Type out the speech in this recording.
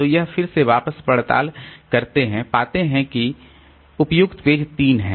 तो यह फिर से वापस पड़ताल करते हैं पाते हैं कि उपयुक्त पेज 3 है